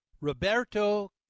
Roberto